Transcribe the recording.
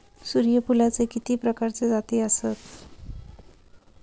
सूर्यफूलाचे किती प्रकारचे जाती आसत?